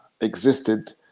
existed